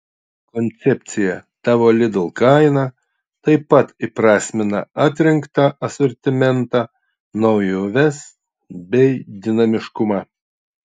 koncepcija tavo lidl kaina taip pat įprasmina atrinktą asortimentą naujoves bei dinamiškumą